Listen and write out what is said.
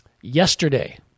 yesterday